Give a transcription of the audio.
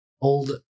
old